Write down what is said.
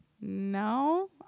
No